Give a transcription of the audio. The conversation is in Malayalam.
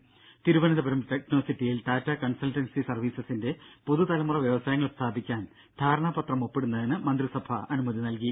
ത തിരുവനന്തപുരം ടെക്നോസിറ്റിയിൽ ടാറ്റാ കൺസൾട്ടൻസി സർവീസസിന്റെ പുതുതലമുറ വ്യവസായങ്ങൾ സ്ഥാപിക്കാൻ ധാരണാപത്രം ഒപ്പിടുന്നതിന് മന്ത്രിസഭ അനുമതി നൽകി